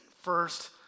first